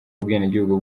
ubwenegihugu